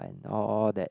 and all that